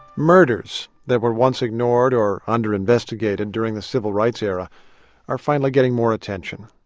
murders that were once ignored or under-investigated during the civil rights era are finally getting more attention.